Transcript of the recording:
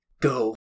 go